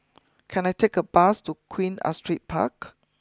can I take a bus to Queen Astrid Park